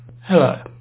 Hello